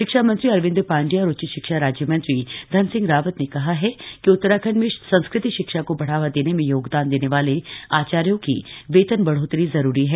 शिक्षा मंत्री अरविंद पांडेय और उच्च शिक्षा राज्य मंत्री धन सिंह रावत ने कहा कि उत्तराखंड में संस्कृत शिक्षा को बढ़ावा देने में योगदान देने वाले आचार्यो की वेतन बढ़ोतरी जरूरी है